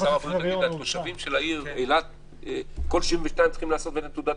התושבים של אילת כל 72 צריכים לעשות תעודת